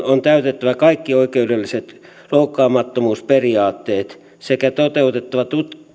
on täytettävä kaikki oikeudelliset loukkaamattomuusperiaatteet sekä toteuduttava